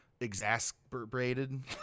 exasperated